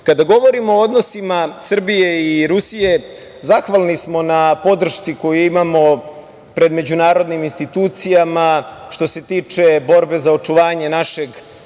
govorimo o odnosima Srbije i Rusije, zahvalni smo na podršci koju imamo pred međunarodnim institucijama, što se tiče borbe za očuvanje našeg